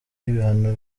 ibihano